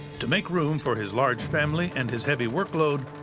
to make room for his large family and his heavy workload,